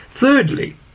Thirdly